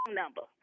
number